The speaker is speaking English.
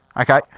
Okay